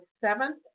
seventh